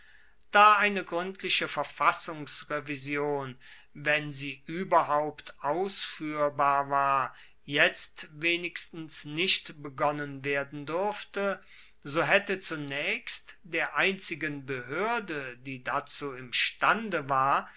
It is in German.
da eine gruendliche verfassungsrevision wenn sie ueberhaupt ausfuehrbar war jetzt wenigstens nicht begonnen werden durfte so haette zunaechst der einzigen behoerde die dazu imstande war